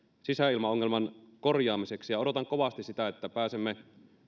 sisäilmaongelman korjaamiseksi ja odotan kovasti sitä että pääsemme